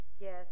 Yes